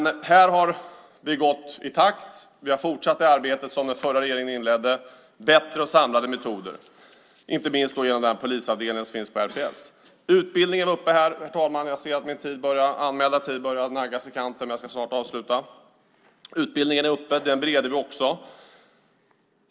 Här har vi gått i takt. Vi har fortsatt det arbete som den förra regeringen inledde för att utveckla bättre och samlade metoder, inte minst genom den polisavdelning som finns på RPS. Jag ser att min anmälda tid börjar naggas i kanten, herr talman, men jag ska snart avsluta. Utbildningen var uppe här. Den bereds också.